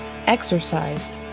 exercised